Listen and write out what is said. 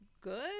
good